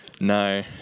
No